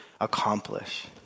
accomplish